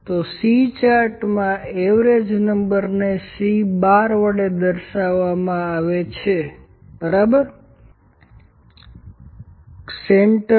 તો C ચાર્ટમાં average number ને C¯વડે દર્શાવવામાં આવે છે બરાબર